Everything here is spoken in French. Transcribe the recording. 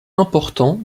important